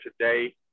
today